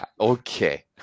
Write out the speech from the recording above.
Okay